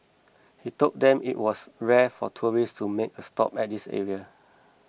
he told them it was rare for tourists to make a stop at this area